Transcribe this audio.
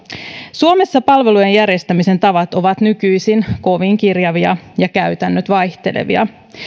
suomessa palvelujen järjestämisen tavat ovat nykyisin kovin kirjavia ja käytännöt vaihtelevia